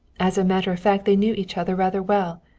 as a matter of fact they knew each other rather well,